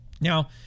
Now